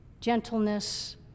gentleness